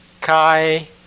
kai